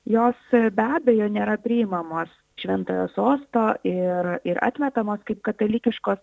jos be abejo nėra priimamos šventojo sosto ir ir atmetamos kaip katalikiškos